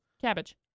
Cabbage